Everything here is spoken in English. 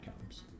comes